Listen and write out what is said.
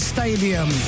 Stadium